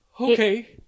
Okay